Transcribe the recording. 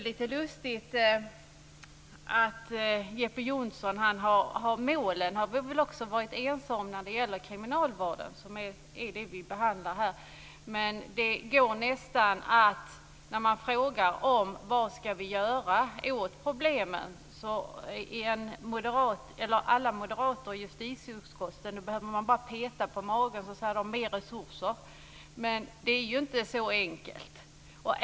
Vi har också varit ense om målen för kriminalvården som vi nu behandlar. Men när man frågar vad vi ska göra åt problemen är det bara att peta på magen på moderaterna i justitieutskottet så säger de: Mer resurser! Men det är ju inte så enkelt.